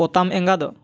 ᱯᱚᱛᱟᱢ ᱮᱸᱜᱟ ᱫᱚ